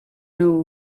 nhw